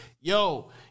yo